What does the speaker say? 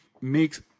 makes